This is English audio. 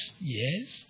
Yes